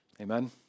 Amen